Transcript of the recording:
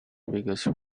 biggest